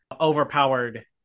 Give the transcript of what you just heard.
overpowered